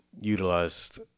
utilized